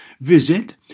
Visit